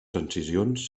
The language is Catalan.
transicions